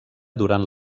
durant